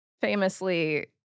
famously